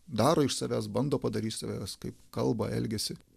daro iš savęs bando padaryt savęs kaip kalba elgiasi